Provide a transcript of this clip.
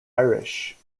irish